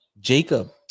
Jacob